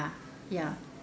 ya ya